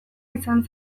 izan